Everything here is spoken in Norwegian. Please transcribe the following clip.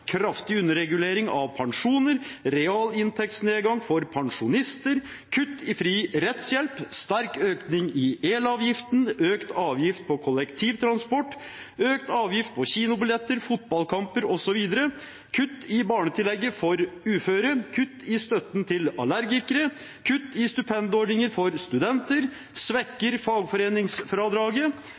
kraftig underregulering av pensjoner, realinntektsnedgang for pensjonister, kutt i fri rettshjelp, sterk økning i elavgiften, økt avgift på kollektivtransport, økt avgift på kinobilletter, fotballkamper osv., kutt i barnetillegget for uføre, kutt i støtten til allergikere og kutt i stipendordningen for studenter. Videre svekker de fagforeningsfradraget,